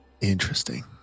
Interesting